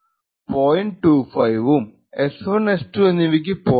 25 ആണെന്നും എസ്1 എസ്2 എന്നിവക്ക് 0